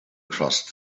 crossed